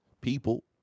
People